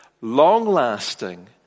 long-lasting